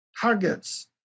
Targets